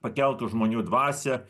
pakeltų žmonių dvasią